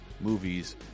movies